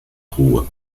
rua